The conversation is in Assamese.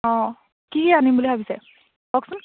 অঁ কি আনিম বুলি ভাবিছে কওকচোন